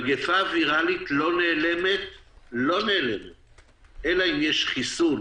שמגיפה ויראלית לא נעלמת אלא אם יש חיסון